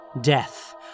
Death